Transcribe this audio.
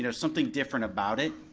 you know something different about it.